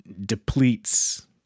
depletes